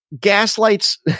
gaslights